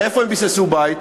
הרי איפה הם ביססו בית?